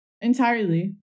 entirely